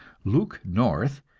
luke north,